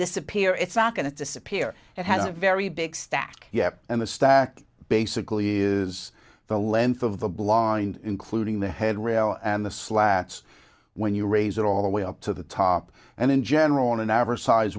disappear it's not going to disappear it has a very big stack yep and the stack basically is the length of the blind including the head rail and the slats when you raise it all the way up to the top and in general on an average size